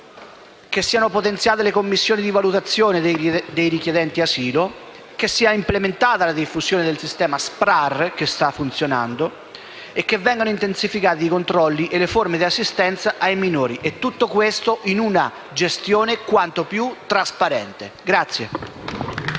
che siano potenziate le commissioni di valutazione dei richiedenti asilo; che sia implementata la diffusione del sistema SPRAR, che sta funzionando, e che vengano intensificati i controlli e le forme di assistenza ai minori. Tutto questo in una gestione quanto più trasparente.